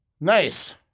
nice